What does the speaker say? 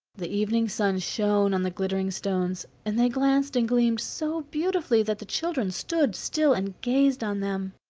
the evening sun shone on the glittering stones, and they glanced and gleamed so beautifully that the children stood still and gazed on them.